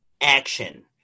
action